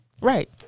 right